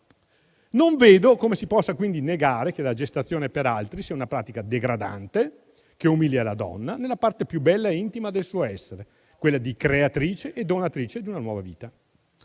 Non vedo come si possa, quindi, negare che la gestazione per altri sia una pratica degradante che umilia la donna nella parte più bella e intima del suo essere, quella di creatrice e donatrice di una nuova vita.